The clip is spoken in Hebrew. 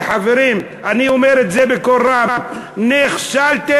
חברים, אני אומר את זה בקול רם: נכשלתם,